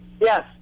Yes